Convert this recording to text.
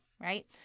Right